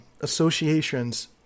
associations